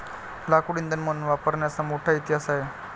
लाकूड इंधन म्हणून वापरण्याचा मोठा इतिहास आहे